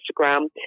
Instagram